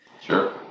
Sure